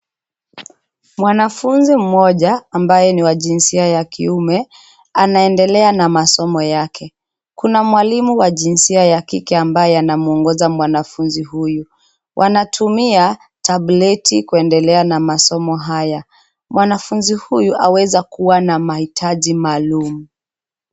Mwanafunzi mmoja ambaye ni wa jinsia ya kiume, anaendelea na masomo yake. Kuna mwalimu wa jinsia ya kike ambaye anamwongoza mwanafunzi huyu. Wanatumia tableti kuendelea na masomo haya. Mwanafunzi huyu aweza kuwa na mahitaji maalum.